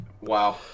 Wow